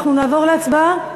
אנחנו נעבור להצבעה.